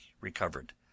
recovered